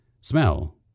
Smell